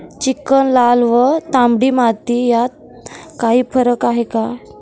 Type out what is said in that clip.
Chicken, लाल व तांबडी माती यात काही फरक आहे का?